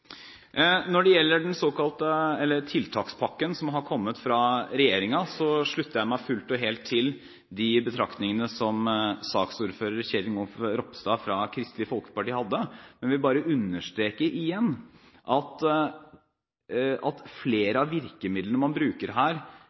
Når det gjelder tiltakspakken som har kommet fra regjeringen, slutter jeg meg fullt og helt til de betraktningene som saksordfører Kjell Ingolf Ropstad fra Kristelig Folkeparti hadde. Jeg vil bare understreke igjen at flere av virkemidlene man bruker her,